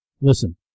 Listen